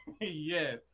yes